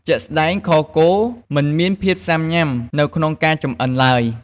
ជាក់ស្តែងខគោមិនមានភាពស៊ាំញ៊ាំនៅក្នុងការចម្អិនឡើយ។